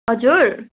हजुर